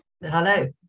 Hello